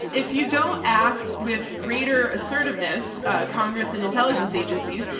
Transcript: if you don't act with greater assertiveness, ah, congress and intelligence agencies,